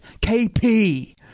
kp